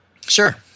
Sure